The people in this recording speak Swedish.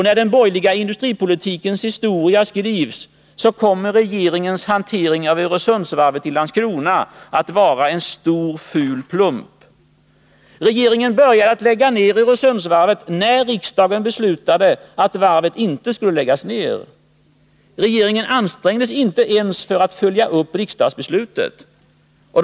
När den borgerliga industripolitikens historia skrivs kommer regeringens hantering av Öresundsvarvet i Landskrona att vara en stor ful plump! Regeringen började lägga ner Öresundsvarvet när riksdagen beslutat att varvet inte skulle läggas ner. Regeringen ansträngde sig inte ens för att följa upp riksdagsbeslutet.